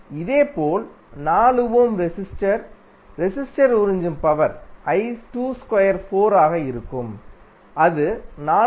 இதேபோல் 4 ohm resistor resistor உறிஞ்சும் power I22 ஆக இருக்கும் அது 436